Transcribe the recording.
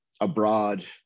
abroad